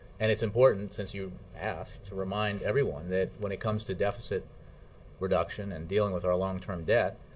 and it's important, since you asked, to remind everyone that when it comes to deficit reduction and dealing with our long-term debt,